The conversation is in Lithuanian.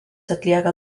atlieka